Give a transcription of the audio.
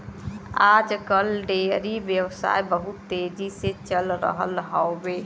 आज कल डेयरी व्यवसाय बहुत तेजी से चल रहल हौवे